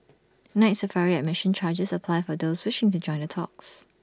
Night Safari admission charges apply for those wishing to join the talks